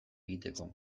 egiteko